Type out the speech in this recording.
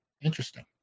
Interesting